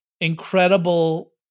incredible